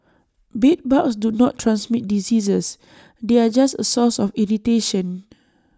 bedbugs do not transmit diseases they are just A source of irritation